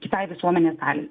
kitai visuomenės daliai